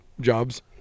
jobs